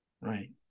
Right